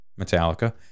Metallica